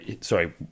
Sorry